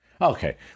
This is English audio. Okay